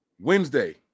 Wednesday